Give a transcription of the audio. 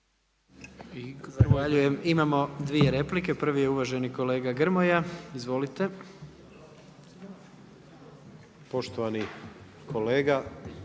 Imamo dvije replike. Prvi je uvaženi kolega Grmoja. Izvolite. **Grmoja, Nikola